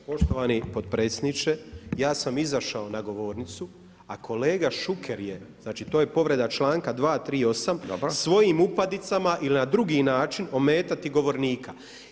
Poštovani potpredsjedniče, ja sam izašao na govornicu, a kolega Šuker je, znači to je povreda članka 238. svojim upadicama ili na drugi način ometati govornika.